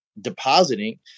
depositing